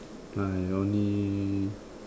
I only